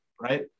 right